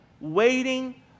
waiting